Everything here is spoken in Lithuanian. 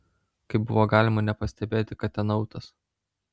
kaip buvo galima nepastebėti kad ten autas